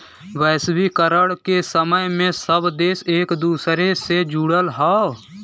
वैश्वीकरण के समय में सब देश एक दूसरे से जुड़ल हौ